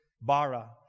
bara